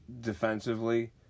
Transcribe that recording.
defensively